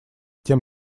тем